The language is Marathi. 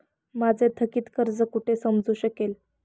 माझे थकीत कर्ज कुठे समजू शकेल?